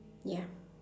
ya